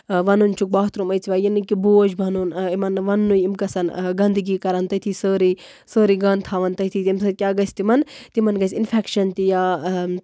وَنُن چھُکھ باتھروٗم أژوا یہِ نہٕ کہِ بوج بَنُن یِمن نہٕ وَننُے یِم گژھن گَندگی کَرن تٔتھۍ سٲرٕے سٲرٕے گَند تھاوَن تٔتھۍ ییٚمہِ سۭتۍ کیاہ گژھِ تِمن تِمن گژھِ اِنفیکشَن تہِ یا